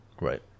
Right